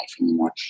anymore